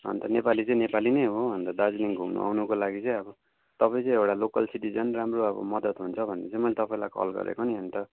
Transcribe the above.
अन्त नेपाली चाहिँ नेपाली नै हो अन्त दार्जिलिङ घुम्नु आउनुको लागि चाहिँ अब तपाईँ चाहिँ एउटा लोकल सिटिजन राम्रो अब मदत हुन्छ भनेर चाहिँ मैले अब तपाईँलाई कल गरेको नि अन्त